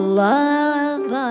love